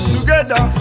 Together